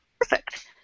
Perfect